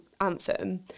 anthem